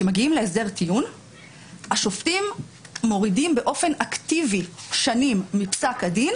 כשמגיעים להסדר טיעון השופטים מורידים באופן אקטיבי שנים מפסק הדין